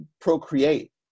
procreate